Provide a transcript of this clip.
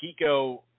Kiko